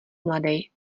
mladej